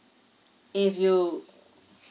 if you